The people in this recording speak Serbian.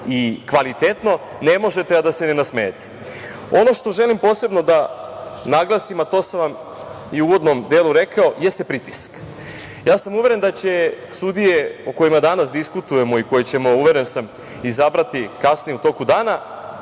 i kvalitetno, ne možete, a da se ne nasmejete. Ono što želim posebno da naglasim, a to sam vam i u uvodnom delu rekao jeste pritisak. Ja sam uveren da će sudije o kojima danas diskutujemo i koje ćemo uveren sam, izabrati kasnije u toku dana,